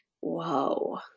whoa